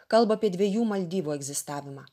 kalba apie dviejų maldyvų egzistavimą